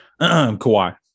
Kawhi